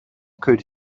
could